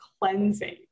cleansing